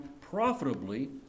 profitably